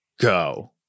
go